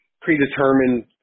predetermined